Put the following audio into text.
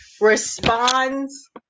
responds